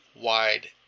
wide